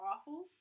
awful